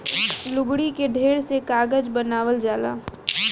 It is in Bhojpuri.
लुगदी के ढेर से कागज बनावल जाला